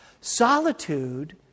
Solitude